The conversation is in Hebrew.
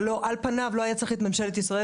הלוא על פניו לא היה צריך את ממשלת ישראל